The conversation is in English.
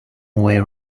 way